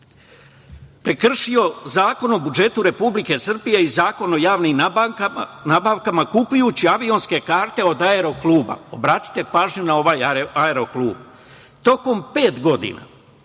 prekršio Zakon o budžetu Republike Srbije i Zakon o javnim nabavkama, kupujući avionske karte od „Aerokluba Beograd“. Obratite pažnju na ovaj „Aeroklub Beograd“. Tokom pet godina,